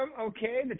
Okay